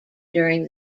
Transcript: during